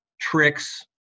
tricks